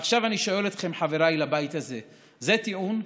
ועכשיו אני שואל אתכם, חבריי לבית הזה: זה טיעון?